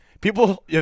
People –